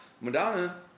Madonna